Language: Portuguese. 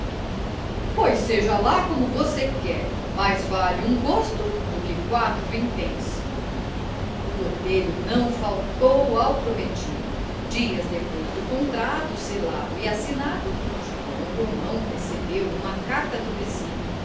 pois seja lá como você quer mais vale um gosto do que quatro vinténs o botelho não faltou ao prometido dias depois do contrato selado e assinado joão romão recebeu uma carta do vizinho